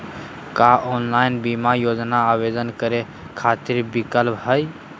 का ऑनलाइन बीमा योजना आवेदन करै खातिर विक्लप हई?